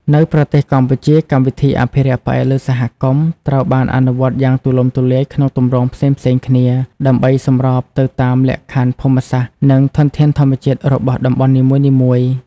នៅប្រទេសកម្ពុជា កម្មវិធីអភិរក្សផ្អែកលើសហគមន៍ ត្រូវបានអនុវត្តយ៉ាងទូលំទូលាយក្នុងទម្រង់ផ្សេងៗគ្នា ដើម្បីសម្របទៅតាមលក្ខខណ្ឌភូមិសាស្ត្រ និងធនធានធម្មជាតិរបស់តំបន់នីមួយៗ។